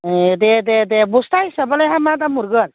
ए दे दे बस्ता हिसाबबालाय हा मा दाम हरगोन